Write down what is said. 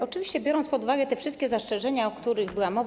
Oczywiście biorę pod uwagę te wszystkie zastrzeżenia, o których była mowa.